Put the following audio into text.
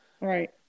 Right